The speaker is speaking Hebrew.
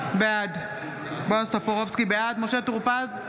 בעד משה טור פז,